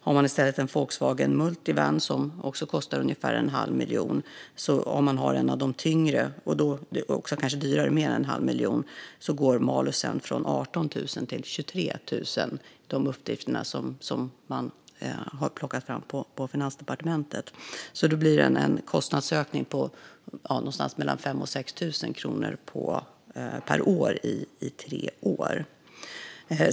Har man i stället en Volkswagen Multivan, som också kostar ungefär en halv miljon, eller en av de tyngre, som blir dyrare med mer än en halv miljon, går malusen från 18 000 till 23 000. Det är uppgifter som tjänstemännen har plockat fram på Finansdepartementet. Då blir det en kostnadsökning på mellan 5 000 och 6 000 kronor per år i tre år.